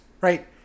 Right